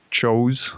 chose